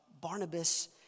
Barnabas